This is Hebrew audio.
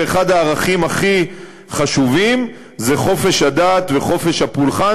ואחד הערכים הכי חשובים זה חופש הדת וחופש הפולחן